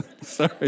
Sorry